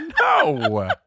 No